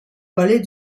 palais